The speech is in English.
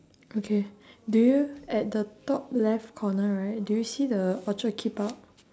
okay do you at the top left corner right do you see the orchid keep out